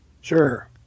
sure